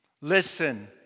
listen